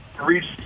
reached